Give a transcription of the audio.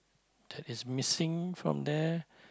that is missing from there